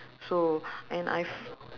so and I f~